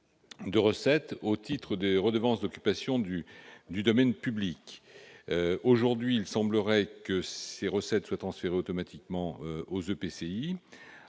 des recettes au titre des redevances d'occupation du domaine public. Aujourd'hui, il semblerait que ces recettes soient transférées automatiquement aux EPCI.